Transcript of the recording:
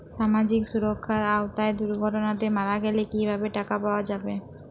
সামাজিক সুরক্ষার আওতায় দুর্ঘটনাতে মারা গেলে কিভাবে টাকা পাওয়া যাবে?